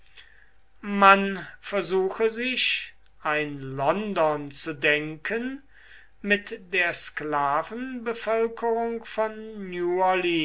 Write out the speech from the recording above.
man versuche sich ein london zu denken mit der sklavenbevölkerung von